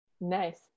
Nice